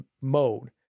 mode